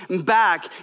back